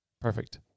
Perfect